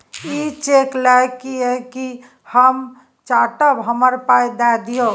इ चैक लए कय कि हम चाटब? हमरा पाइ दए दियौ